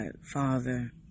Father